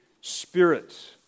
spirit